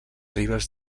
ribes